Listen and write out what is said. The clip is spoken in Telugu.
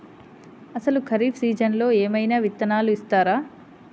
అసలు ఖరీఫ్ సీజన్లో ఏమయినా విత్తనాలు ఇస్తారా?